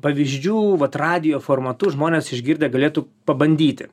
pavyzdžių vat radijo formatu žmonės išgirdę galėtų pabandyti